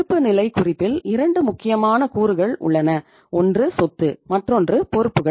இருப்புநிலைக் குறிப்பில் 2 முக்கியமான கூறுகள் உள்ளன ஒன்று சொத்து மற்றொன்று பொறுப்புகள்